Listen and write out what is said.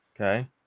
Okay